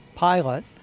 pilot